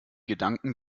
gedanken